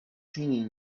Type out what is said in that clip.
singing